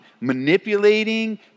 manipulating